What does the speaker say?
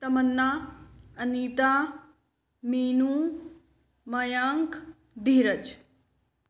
Tamannaah Anita Meenu Mayank Dheeraj